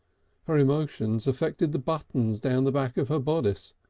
her emotion affected the buttons down the back of her bodice,